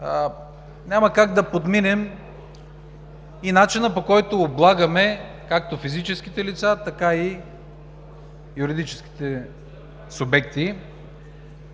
няма как да подминем и начина, по който облагаме както физическите лица, така и юридическите субекти.